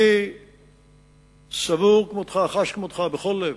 אני סבור כמותך, חש כמותך, בכל לב,